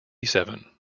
seven